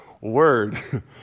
Word